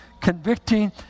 convicting